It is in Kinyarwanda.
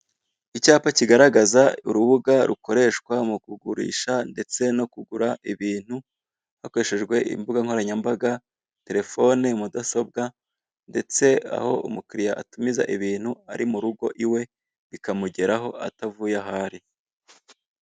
Icyapa kigaragaza urubuga rukoreshwa mu kugurisha ndetse no kugura ibintu hakoreshejwe imbuga nkoranyambaga, telefone, mudasobwa ndetse aho umukiliya atumiza ibintu ari mu rugo iwe bikamugeraho atavuye aho ari.